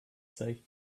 say